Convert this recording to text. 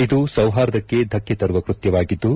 ಇದು ಸೌಹಾರ್ದಕ್ಕೆ ಧಕ್ಷೆ ತರುವ ಕೃತ್ಯವಾಗಿದ್ದು